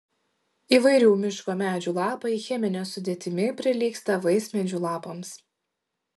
įvairių miško medžių lapai chemine sudėtimi prilygsta vaismedžių lapams